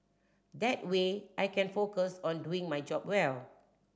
that way I can focus on doing my job well